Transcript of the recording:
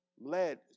led